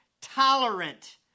tolerant